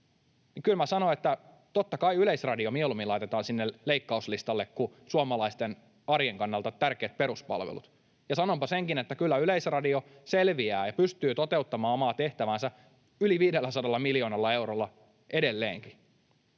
kyllä minä sanon, että totta kai Yleisradio mieluummin laitetaan sinne leikkauslistalle kuin suomalaisten arjen kannalta tärkeät peruspalvelut. Ja sanonpa senkin, että kyllä Yleisradio selviää ja pystyy toteuttamaan omaa tehtäväänsä yli 500 miljoonalla eurolla edelleenkin.